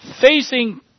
facing